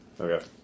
Okay